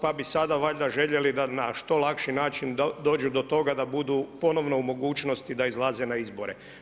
Pa bi sada valjda željeli da na što lakši način dođu do toga, da budu ponovno u mogućnosti da izlaze na izbore.